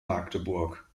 magdeburg